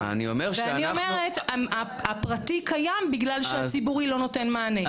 ואני אומרת שהפרטי קיים בגלל שהציבורי לא נותן מענה.